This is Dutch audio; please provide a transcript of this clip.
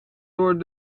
door